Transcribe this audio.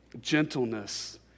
gentleness